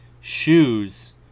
shoes